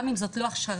גם אם זאת לא הכשרה,